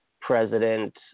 President